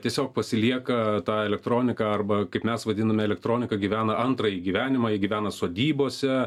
tiesiog pasilieka tą elektroniką arba kaip mes vadiname elektronika gyvena antrąjį gyvenimą ji gyvena sodybose